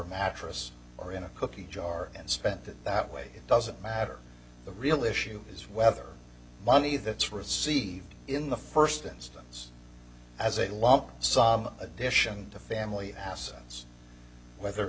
mattress or in a cookie jar and spent it that way it doesn't matter the real issue is whether money that's received in the first instance as a lump sum addition to family assets whether